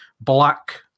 black